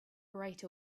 right